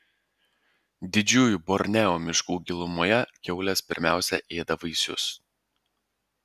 didžiųjų borneo miškų gilumoje kiaulės pirmiausia ėda vaisius